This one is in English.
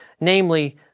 namely